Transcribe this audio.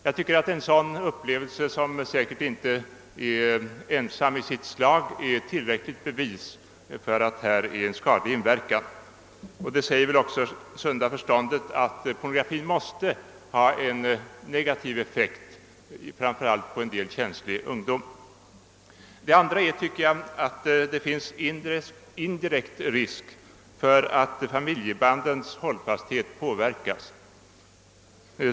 Jag tycker att en sådan upplevelse, som säkert inte är enastående i sitt slag, utgör tillräckligt bevis för att det här rör sig om skadlig inverkan. Sunda förnuftet säger väl också att pornografin måste ha en negativ effekt, framför allt på vissa känsliga ungdomar. För det andra finns det indirekt risk för att familjebandens hållfasthet påverkas.